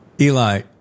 Eli